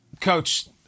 coach